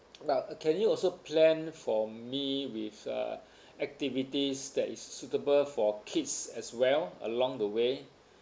uh can you also plan for me with uh activities that is suitable for kids as well along the way